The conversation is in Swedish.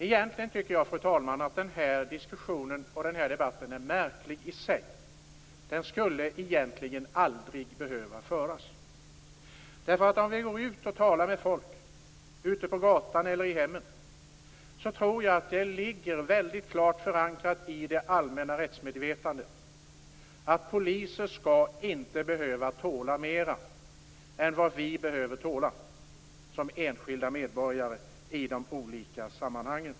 Egentligen tycker jag, fru talman, att den här diskussionen och debatten är märklig i sig. Den skulle egentligen aldrig behöva föras. Om vi går ut och talar med folk ute på gatan eller i hemmen tror jag att vi finner att det ligger väldigt klart förankrat i det allmänna rättsmedvetandet att poliser inte skall behöva tåla mer än vad vi som enskilda medborgare behöver tåla i olika sammanhang.